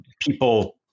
people